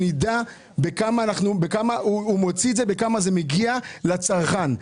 אנחנו צריכים לדעת כמה הוא מוציא ובכמה זה מגיע לצרכן.